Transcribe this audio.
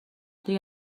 دیگه